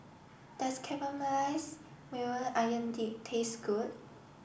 does Caramelized Maui Onion Dip taste good